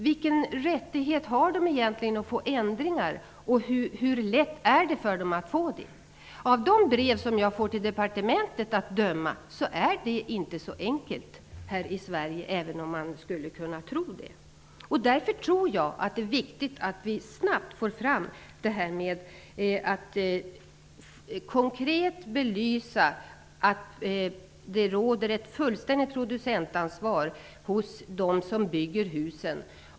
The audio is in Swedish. Vilka rättigheter har de att få ändringar gjorda? Hur lätt är det att få ändringar gjorda? Att döma av de brev som jag har fått till departementet är dessa frågor inte så enkla att hantera här i Sverige -- även om man skulle kunna tro det. Därför tror jag att det är viktigt att snabbt konkret belysa att det råder ett fullständigt producentansvar hos dem som bygger husen.